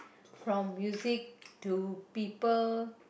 from music to people